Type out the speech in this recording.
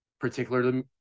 particularly